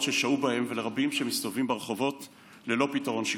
ששהו בהם ולרבים שמסתובבים ברחובות ללא פתרון שיקומי?